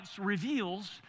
reveals